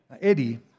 Eddie